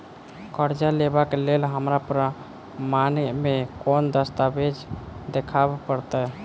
करजा लेबाक लेल हमरा प्रमाण मेँ कोन दस्तावेज देखाबऽ पड़तै?